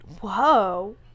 Whoa